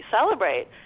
celebrate